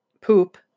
poop